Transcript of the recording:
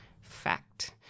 fact